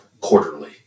quarterly